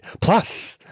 Plus